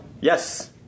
Yes